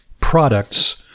products